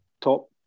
top